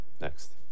next